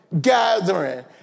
gathering